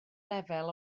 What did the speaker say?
lefel